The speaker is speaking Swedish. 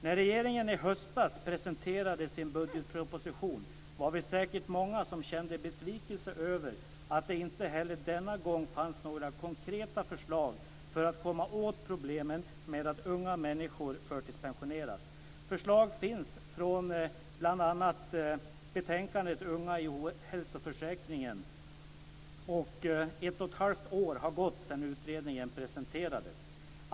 När regeringen i höstas presenterade sin budgetproposition var vi säkert många som kände besvikelse över att det inte heller denna gång fanns några konkreta förslag för att komma åt problemen med att unga människor förtidspensioneras. Förslag finns, bl.a. i betänkandet Unga i ohälsoförsäkringen. Ett och ett halvt år har gått sedan den utredningen presenterades.